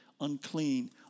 unclean